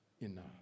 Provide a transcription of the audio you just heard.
enough